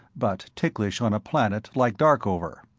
but ticklish on a planet like darkover.